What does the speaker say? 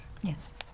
Yes